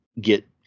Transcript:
get